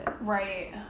right